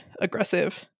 aggressive